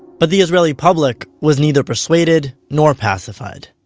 but the israeli public was neither persuaded nor pacified.